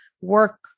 work